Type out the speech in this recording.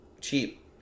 Cheap